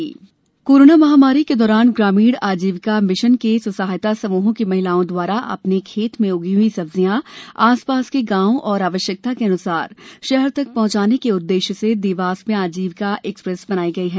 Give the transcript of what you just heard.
दीदी van corona महामारी के दौरान ग्रामीण आजीविका मिशन के स्व सहायता समूहों की महिलाओं द्वारा अपने खेत में उगी हई सब्जियां आसपास के गांव और आवश्याकतान्सार शहर तक पहंचाने के उद्देश्य से देवास में आजीविका एक्सप्रेस बनाई गई हैं